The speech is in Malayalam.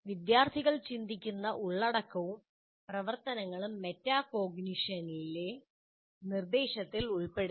വിദ്യാർത്ഥികൾ ചിന്തിക്കുന്ന ഉള്ളടക്കവും പ്രവർത്തനങ്ങളും മെറ്റാകോഗ്നിഷനിലെ നിർദ്ദേശത്തിൽ ഉൾപ്പെടുത്തണം